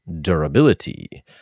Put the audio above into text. durability